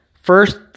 first